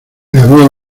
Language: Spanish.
había